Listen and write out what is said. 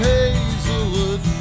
Hazelwood